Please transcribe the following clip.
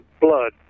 blood